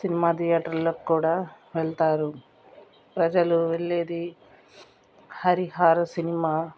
cinema థియేటర్లో కూడా వెళ్తారు ప్రజలు వెళ్ళేది హరిహర సినిమా